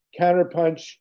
Counterpunch